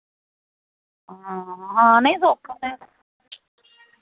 ਹਾਂ ਨਹੀਂ ਸੋ